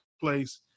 place